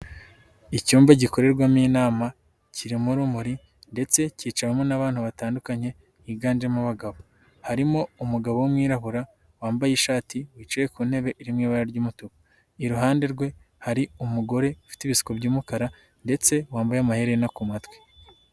Icyumba gikorerwamo inama, kirimo urumuri ndetse kicawemo n'abantu batandukanye, higanjemo abagabo. Harimo umugabo w'umwirabura wambaye ishati wicaye ku ntebe iri mu ibara ry'umutuku, Iruhande rwe hari umugore ufite ibisuko by'umukara ndetse wambaye amaherena ku matwi.